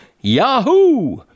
Yahoo